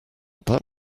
that